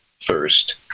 first